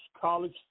College